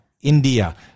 India